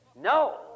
no